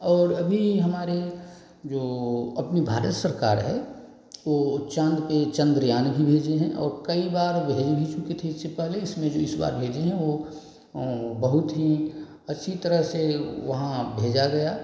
और अभी हमारे जो अपनी भारत सरकार है वह चाँद पर चंद्रयान भी भेजे हैं और कई बार भेज भी चुके थे इससे पहले इसमें जो इस बार भेजे हैं वह बहुत ही अच्छी तरह से वहाँ भेजा गया